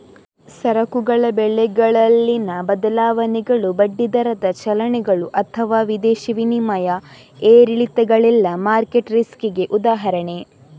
ಸರಕುಗಳ ಬೆಲೆಗಳಲ್ಲಿನ ಬದಲಾವಣೆಗಳು, ಬಡ್ಡಿ ದರದ ಚಲನೆಗಳು ಅಥವಾ ವಿದೇಶಿ ವಿನಿಮಯ ಏರಿಳಿತಗಳೆಲ್ಲ ಮಾರ್ಕೆಟ್ ರಿಸ್ಕಿಗೆ ಉದಾಹರಣೆ